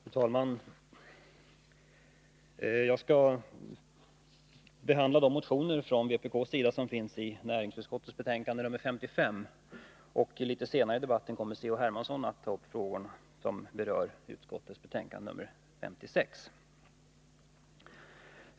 Fru talman! Jag skall tala om de motioner från vpk:s sida som behandlas i näringsutskottets betänkande nr 55. Litet senare i debatten kommer C.-H. Hermansson att ta upp frågor som berör utskottets betänkande nr 56.